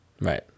Right